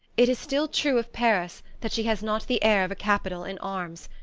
it is still true of paris that she has not the air of a capital in arms.